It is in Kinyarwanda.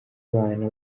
bana